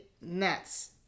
Nets